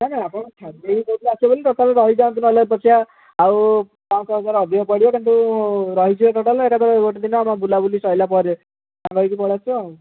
ନାଇଁ ନାଇଁ ଆପଣ ଛାଡ଼ିଦେଇକି କହୁଥିଲେ ଆସିବେ ବୋଲି ତଥାପି ରହିଯାଆନ୍ତୁ ନହେଲେ ଦେଖିଆ ଆଉ ପାଞ୍ଚ ଶହ ହଜାରେ ଅଧିକା ପଡ଼ିବ କିନ୍ତୁ ରହିଯିବେ ଟୋଟାଲି ଏକାଥରେ ଗୋଟେ ଦିନ ବୁଲାବୁଲି ସରିଲା ପରେ ସାଙ୍ଗ ହୋଇକି ପଳାଇଆସିବା ଆଉ